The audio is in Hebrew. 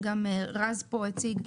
שגם רז פה הציג,